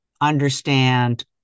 understand